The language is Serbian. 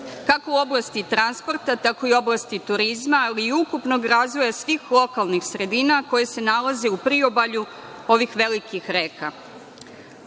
kako u oblasti transporta, tako i u oblasti turizma, ali i ukupnog razvoja svih lokalnih sredina koje se nalaze u priobalju ovih velikih